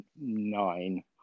nine